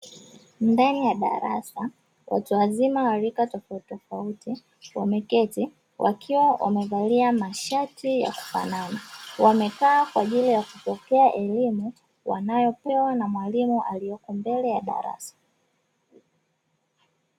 Ndani ya darasa watu wa wazima wa rika tofauti tofauti, wameketi wakiwa wamevalia mashati yaku fanana. Wamekaa kwa ajili ya kupokea elimu aliyekaa mbele ya darasa.